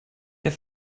der